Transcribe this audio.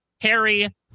Harry